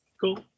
Cool